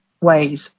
ways